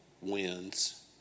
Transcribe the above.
wins